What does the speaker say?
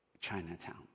Chinatown